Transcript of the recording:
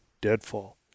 deadfall